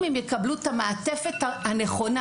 אם הם יקבלו את המעטפת הנכונה